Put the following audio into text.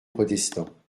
protestants